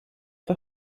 the